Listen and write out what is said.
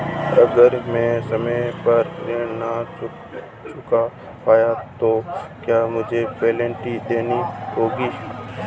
अगर मैं समय पर ऋण नहीं चुका पाया तो क्या मुझे पेनल्टी देनी होगी?